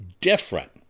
different